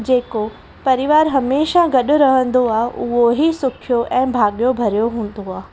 जेको परिवार हमेशह गॾु रहंदो आहे उहो ई सुखियो ऐं भाॻियो भरियो हूंदो आहे